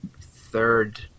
third